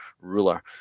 ruler